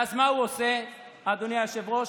ואז מה הוא עושה, אדוני היושב-ראש?